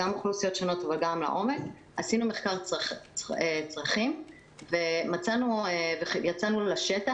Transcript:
עשינו מחקר צרכים ויצאנו לשטח.